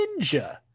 ninja